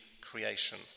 creation